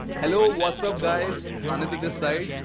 hello! what's up guys? sannidhya this side!